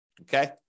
okay